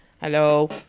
Hello